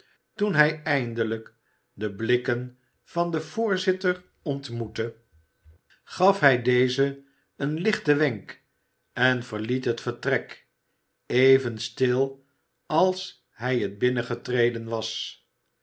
toen hij eindelijk de blikken van den voorzitter ontmoette gaf hij dezen een lichten wenk en ver iet het vertrek even stil als hij het binnengetreden was